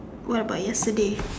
what about yesterday